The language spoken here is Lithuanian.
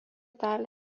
dalį